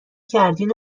کردین